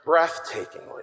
breathtakingly